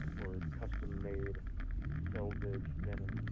or custom made selvedge denim